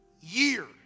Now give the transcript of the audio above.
year